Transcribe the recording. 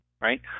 right